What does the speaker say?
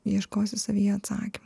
ieškosi savyje atsakymo